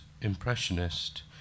impressionist